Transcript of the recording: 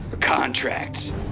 Contracts